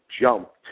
jumped